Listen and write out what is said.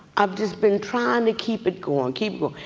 i've just been trying to keep it going, keep